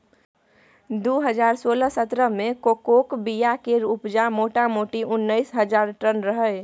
दु हजार सोलह सतरह मे कोकोक बीया केर उपजा मोटामोटी उन्नैस हजार टन रहय